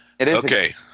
Okay